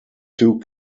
two